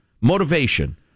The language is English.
motivation